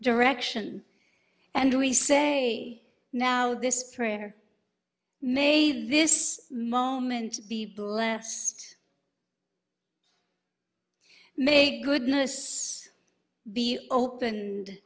direction and we say now this prayer may this moment be blessed may goodness be open